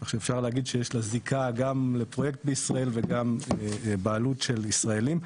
כך שאפשר להגיד שיש לה זיקה גם לפרויקט בישראל וגם בעלות של ישראלים.